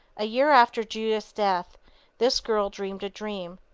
a year after judith's death this girl dreamed a dream.